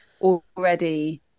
already